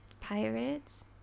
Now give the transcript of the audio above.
Pirates